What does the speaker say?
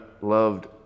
loved